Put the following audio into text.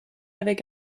avec